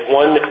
one